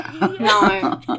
No